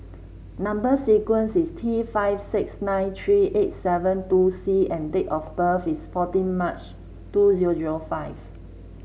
number sequence is T five six nine three eight seven two C and date of birth is fourteen March two zero zero five